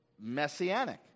messianic